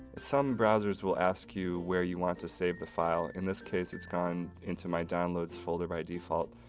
some browser's will ask you where you want to save the file, in this case it's gone into my downloads folder by default.